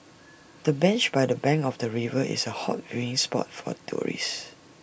the bench by the bank of the river is A hot viewing spot for tourists